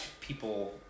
people